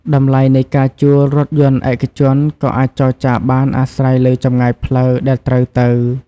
តម្លៃនៃការជួលរថយន្តឯកជនក៏អាចចរចាបានអាស្រ័យលើចម្ងាយផ្លូវដែលត្រូវទៅ។